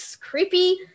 creepy